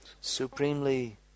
supremely